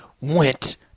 went